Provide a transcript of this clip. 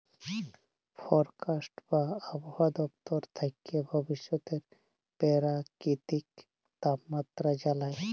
forecast বা আবহাওয়া দপ্তর থ্যাকে ভবিষ্যতের পেরাকিতিক তাপমাত্রা জালায়